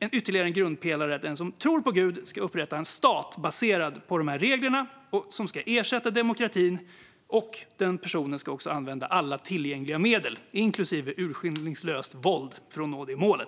Ytterligare en grundpelare är att den som tror på Gud ska upprätta en stat som är baserad på dessa regler och som ska ersätta demokratin. Personen ska också använda alla tillgängliga medel, inklusive urskillningslöst våld, för att nå detta mål.